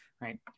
right